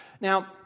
Now